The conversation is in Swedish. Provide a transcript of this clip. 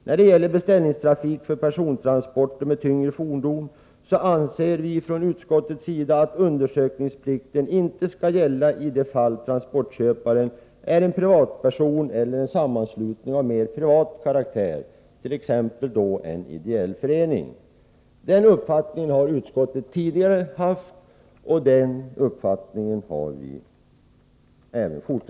I fråga om beställningstrafik för persontransporter med tyngre fordon anser vi från utskottets sida att undersökningsplikten inte skall gälla i de fall transportköparen är en privatperson eller en sammanslutning av mer privat karaktär, t.ex. en ideell förening. Den uppfattningen har utskottet haft tidigare, och den uppfattningen har vi alltjämt.